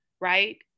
right